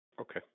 Okay